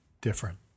different